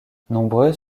nombreux